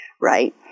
Right